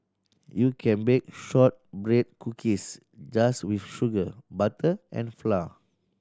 you can bake shortbread cookies just with sugar butter and flour